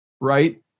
right